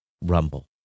Rumble